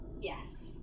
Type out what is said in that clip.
Yes